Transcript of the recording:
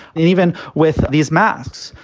and even with these masks,